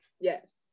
Yes